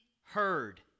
heard